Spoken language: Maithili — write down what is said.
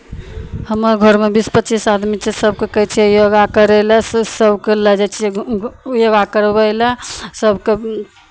हमर घरमे बीस पच्चीस आदमी छै सभकेँ कहै छियै योगा करय लेल सभकेँ लऽ जाइ छियै घु घु योगा करबै लेल सभकेँ